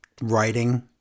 writing